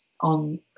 on